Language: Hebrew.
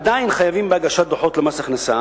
עדיין חייבים בהגשת דוחות למס הכנסה